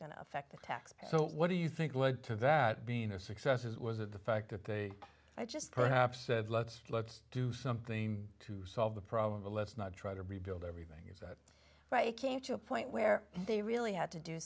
going to affect the taxpayer so what do you think led to that being a success as was it the fact that they just perhaps said let's let's do something to solve the problem let's not try to rebuild everything is but it came to a point where they really had to do